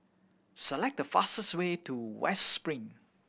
select the fastest way to West Spring